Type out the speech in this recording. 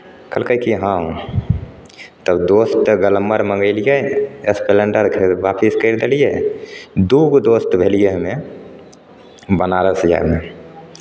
कहलकै की हँ तब दोस्त ग्लम्बर मँगेलियै एसप्लेन्डर फेर वापिस करि देलियै दू गो दोस्त भेलियै हम्मे बनारस जायमे